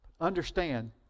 Understand